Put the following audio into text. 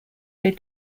they